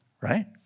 right